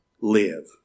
live